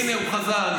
הינה, הוא חזר.